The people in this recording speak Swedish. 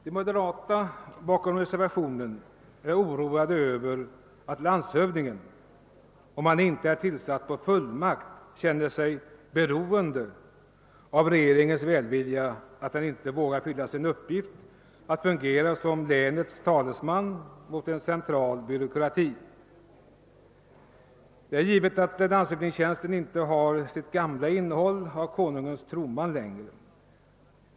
De moderata, som står bakom reservationen, är oroade över att landshövdingen — om han inte är tillsatt med fullmakt — känner sig så beroende av regeringens välvilja att han inte vågar fylla sin uppgift att fungera som en länets talesman mot en central byråkrati. Det är givet att landshövdingtjänsten inte har sitt gamla innehåll av Konungens troman längre.